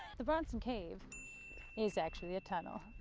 the bronson cave is actually a tunnel.